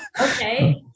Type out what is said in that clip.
okay